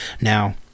Now